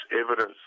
evidence